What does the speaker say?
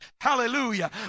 Hallelujah